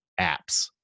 apps